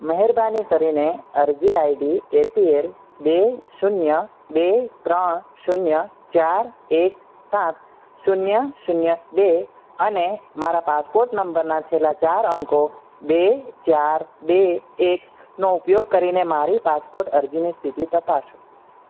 મહેરબાની કરીને અરજી આઈડી એપીએલ બે શૂન્ય બે ત્રણ શૂન્ય ચાર એક સાત શૂન્ય શૂન્ય બે અને મારા પાસપોટ નંબરના છેલ્લા ચાર અંકો બે ચાર બે એકનો ઉપયોગ કરીને મારી પાસપોટ અરજીની સ્થિતિ તપાસો